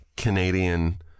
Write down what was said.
Canadian